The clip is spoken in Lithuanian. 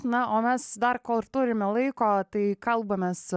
na o mes dar kol ir turime laiko tai kalbamės